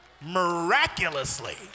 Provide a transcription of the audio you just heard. miraculously